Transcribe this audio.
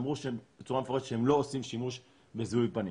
אמרו בצורה מפורשת שהם לא עושים שימוש בזיהוי פנים.